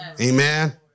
Amen